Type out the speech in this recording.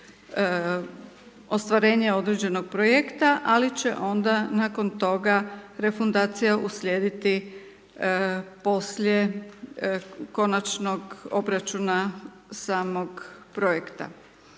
ostvarenje određenog projekta, ali će onda nakon toga refundacija slijediti poslije konačnog obračuna samog proračuna.